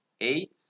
Eight